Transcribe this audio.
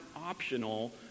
optional